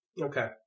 Okay